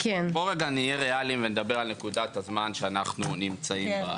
נהיה ריאליים ונדבר על נקודת הזמן שאנחנו נמצאים בה.